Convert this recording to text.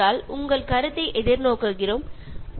അതിനാൽ നിങ്ങളുടെ ഫീഡ്ബാക്ക് കേൾക്കാൻ ആഗ്രഹിക്കുന്നു